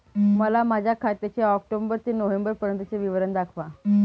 मला माझ्या खात्याचे ऑक्टोबर ते नोव्हेंबर पर्यंतचे विवरण दाखवा